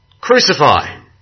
Crucify